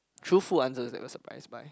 truthful answers that you are surprised by